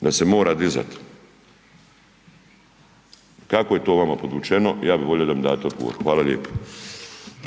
Da se mora dizati. Kako je to vama podvučeno, ja bih volio da mi date odgovor. Hvala lijepo.